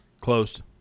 Closed